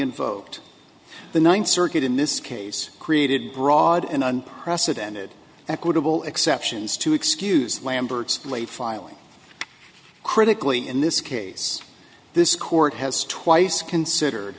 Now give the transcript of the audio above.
invoked the ninth circuit in this case created broad and unprecedented equitable exceptions to excuse lambert's late filing critically in this case this court has twice considered